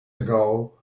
ago